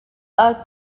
are